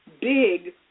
big